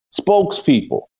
spokespeople